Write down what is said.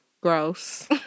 Gross